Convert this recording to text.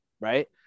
Right